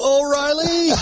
O'Reilly